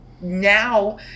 now